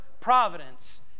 providence